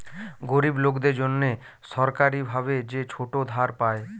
গরিব লোকদের জন্যে সরকারি ভাবে যে ছোট ধার পায়